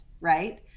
right